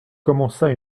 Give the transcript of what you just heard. commença